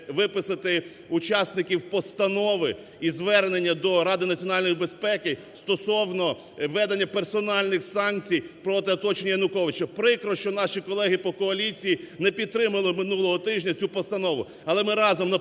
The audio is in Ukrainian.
виписати учасників постанови і звернення до Ради національної безпеки стосовно ведення персональних санкцій проти оточення Януковича. Прикро, що наші колеги по коаліції не підтримали минулого тижня цю постанову.